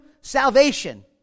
salvation